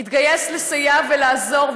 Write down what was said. התגייס לסייע ולעזור,